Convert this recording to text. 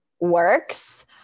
works